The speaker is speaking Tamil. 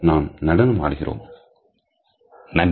நாம் நடனம் ஆடுவோம் நன்றி